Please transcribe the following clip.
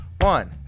One